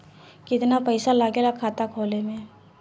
कितना पैसा लागेला खाता खोले में?